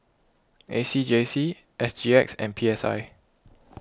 A C J C S G X and P S I